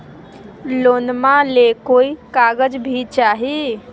लोनमा ले कोई कागज भी चाही?